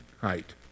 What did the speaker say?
height